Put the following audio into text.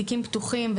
תיקים פתוחים,